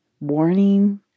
warning